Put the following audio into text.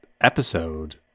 episode